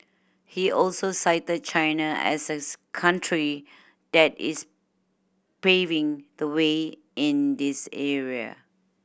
he also cited China as as country that is paving the way in this area